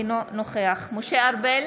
אינו נוכח משה ארבל,